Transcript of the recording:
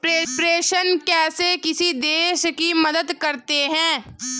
प्रेषण कैसे किसी देश की मदद करते हैं?